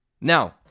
Now